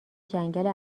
جنگل